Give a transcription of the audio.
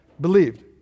believed